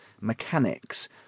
mechanics